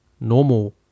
normal